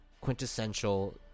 Quintessential